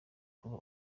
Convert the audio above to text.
kuba